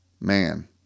man